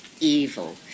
evil